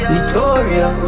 Victoria